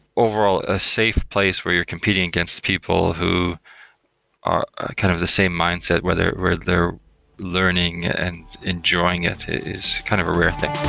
overall, a safe place where you're competing against people who are kind of the same mindset where they're where they're learning and enjoying it is kind of a rare thing.